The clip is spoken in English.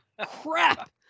crap